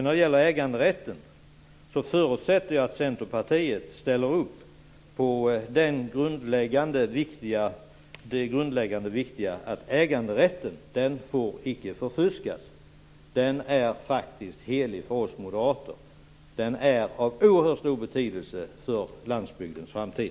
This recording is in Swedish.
När det gäller äganderätten förutsätter jag att Centerpartiet ställer upp på det grundläggande och viktiga i att äganderätten inte får förfuskas. Den är helig för oss moderater, och den är av oerhört stor betydelse för landsbygdens framtid.